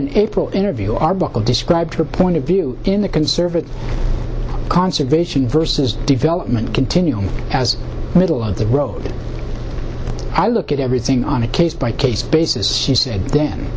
an interview arbuckle described her point of view in the conservative conservation versus development continue as middle of the road i look at everything on a case by case basis she said then